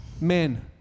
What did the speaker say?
Men